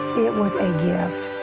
it was a gift.